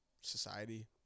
society